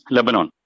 Lebanon